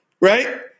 Right